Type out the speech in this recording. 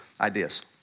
ideas